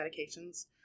medications